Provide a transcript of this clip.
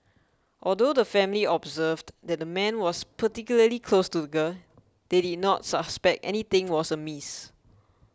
although the family observed that the man was particularly close to the girl they did not suspect anything was amiss